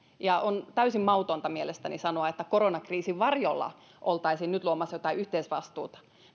on täysin mautonta mielestäni sanoa että koronakriisin varjolla oltaisiin nyt luomassa jotain yhteisvastuuta